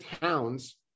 towns